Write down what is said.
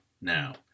now